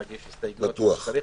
נגיש הסתייגויות כשצריך,